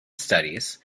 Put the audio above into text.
studies